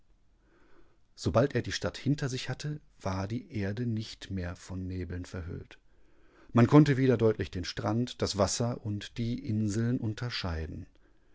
sobald er die stadt hinter sich hatte war die erde nicht mehr von nebeln verhüllt man konnte wieder deutlich den strand das wasser und die inseln unterscheiden